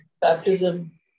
Baptism